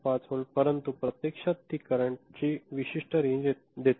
5 volt परंतु प्रत्यक्षात ती करंट ची विशिष्ट रेंज देते